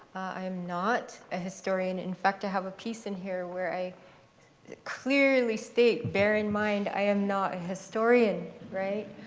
i'm not a historian. in fact, i have a piece in here where i clearly state, bear in mind, i am not a historian, right?